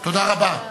תודה רבה.